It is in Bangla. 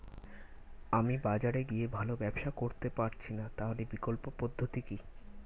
আমি বাজারে গিয়ে ভালো ব্যবসা করতে পারছি না তাহলে বিকল্প পদ্ধতি কি?